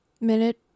Minute